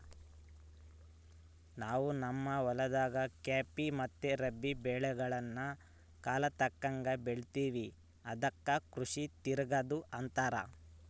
ನಾವು ನಮ್ಮ ಹೊಲದಾಗ ಖಾಫಿ ಮತ್ತೆ ರಾಬಿ ಬೆಳೆಗಳ್ನ ಕಾಲಕ್ಕತಕ್ಕಂಗ ಬೆಳಿತಿವಿ ಅದಕ್ಕ ಕೃಷಿ ತಿರಗದು ಅಂತಾರ